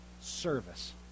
service